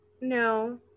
No